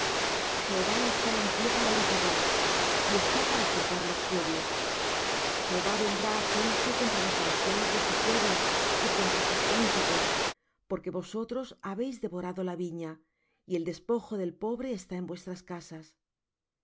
jehová está en pie para litigar y está para juzgar los pueblos jehová vendrá á juicio contra los ancianos de su pueblo y contra sus príncipes porque vosotros habéis devorado la viña y el despojo del pobre está en vuestras casas qué